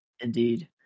indeed